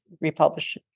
republish